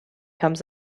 comes